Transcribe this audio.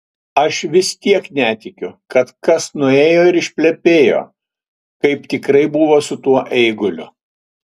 aš vis tiek netikiu kad kas nuėjo ir išplepėjo kaip tikrai buvo su tuo eiguliu